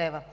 лв.